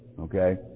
Okay